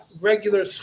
regular